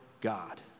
God